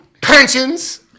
pensions